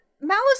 Malice